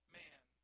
man